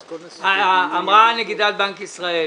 אמרה נגידת בנק ישראל,